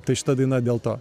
tai šita daina dėl to